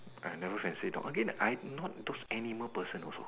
I never fancy dog again I'm not those animal person also